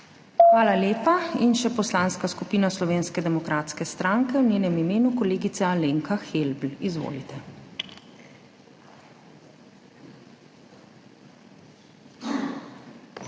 Hvala lepa. In še Poslanska skupina Slovenske demokratske stranke, v njenem imenu kolegica Alenka Helbl. Izvolite!